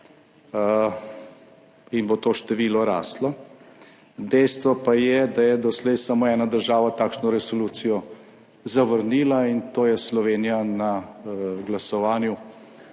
in bo to število rastlo, dejstvo pa je, da je doslej samo ena država takšno resolucijo zavrnila in to je Slovenija na glasovanju,